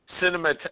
cinema